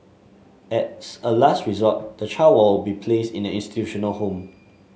as a last resort the child will be placed in an institutional home